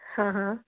ਹਾਂ ਹਾਂ